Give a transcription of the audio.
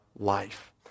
life